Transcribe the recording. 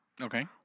Okay